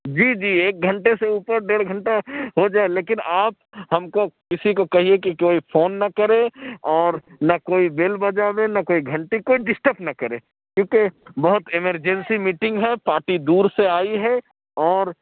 جی جی ایک گھنٹے سے اوپر ڈیڑھ گھنٹہ ہو جائے لیکن آپ ہم کو کسی کو کہیے کہ کوئی فون نہ کرے اور نہ کوئی بیل بجایے نہ کوئی گھنٹی کوئی ڈسٹپ نہ کرے ٹھیک ہے بہت ایمرجینسی میٹنگ ہے پاٹی دور سے آئی ہے اور